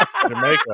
jamaica